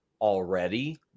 already